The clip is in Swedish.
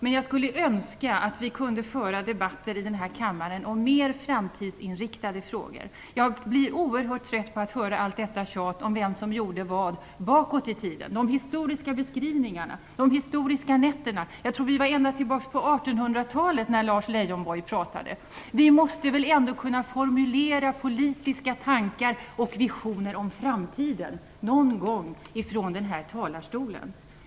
Men jag önskar att vi kunde föra debatter i denna kammare om mer framtidsinriktade frågor. Jag blir oerhört trött på att höra allt tjat om vem som gjorde vad sett bakåt i tiden. Jag tänker på de historiska beskrivningarna, de historiska nätterna. Jag tror att vi var ända tillbaks till 1800-talet i Lars Leijonborgs tal. Vi måste väl någon gång kunna formulera politiska tankar och visioner om framtiden från denna talarstol.